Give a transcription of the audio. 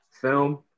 film